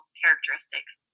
characteristics